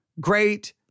great